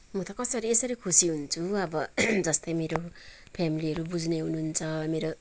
म त कसरी यसरी खुसी हुन्छु अब जस्तै मेरो फेमिलीहरू बुझ्ने हुनुहुन्छ मेरो